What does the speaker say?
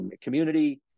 community